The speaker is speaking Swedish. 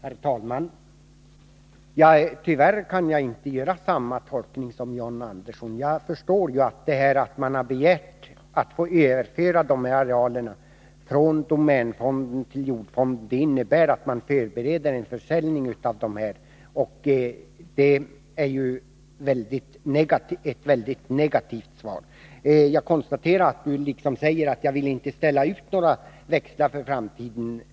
Herr talman! Tyvärr kan jag inte göra samma tolkning som John Andersson. Jag förstår att anledningen till att man har begärt att få överföra dessa arealer från domänfonden till jordfonden är att man förbereder en försäljning av dem. Det är ett väldigt negativt svar. Jag konstaterar att statsrådet säger att han inte vill ställa ut några växlar på framtiden.